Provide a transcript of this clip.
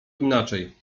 inaczej